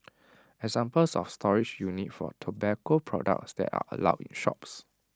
examples of storage units for tobacco products that are allowed in shops